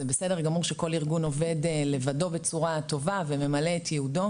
זה בסדר גמור שכל ארגון עובד לבדו בצורה טובה וממלא את ייעודו.